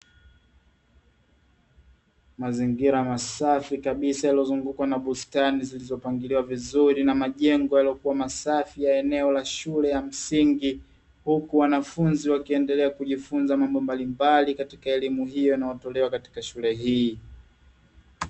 Mazingira masafi kabisa yaliyozunguukwa na bustani zilizopangaliwa vizuri na majengo yaliyokuwa masafi ya eneo la shule ya msingi huku wanafunzi wakiendelea kujifunza mambo mbalimbali katika elimu hiyo inayotolewa katika shule hii.